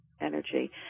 energy